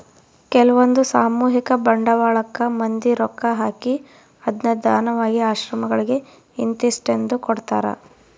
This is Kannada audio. ಕೆಲ್ವಂದು ಸಾಮೂಹಿಕ ಬಂಡವಾಳಕ್ಕ ಮಂದಿ ರೊಕ್ಕ ಹಾಕಿ ಅದ್ನ ದಾನವಾಗಿ ಆಶ್ರಮಗಳಿಗೆ ಇಂತಿಸ್ಟೆಂದು ಕೊಡ್ತರಾ